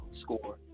score